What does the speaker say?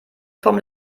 form